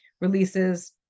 releases